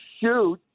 shoot